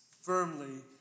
firmly